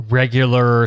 regular